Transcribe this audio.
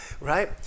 right